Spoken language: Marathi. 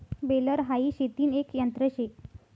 बेलर हाई शेतीन एक यंत्र शे